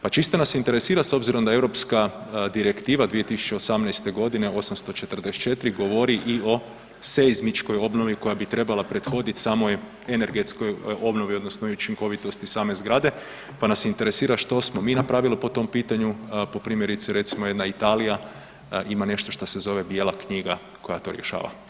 Pa čisto nas interesira s obzirom da europska direktiva 2018. g., 844, govori i o seizmičkoj obnovi koja bi trebala prethodit samoj energetskoj obnovi odnosno učinkovitosti same zgrade pa nas interesira što smo mi napravili po tom pitanju, pa primjerice recimo jedna Italija, ima nešto što se zove bijela knjiga koja to rješava.